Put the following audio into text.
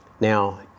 Now